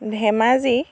Dhemaji